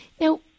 Now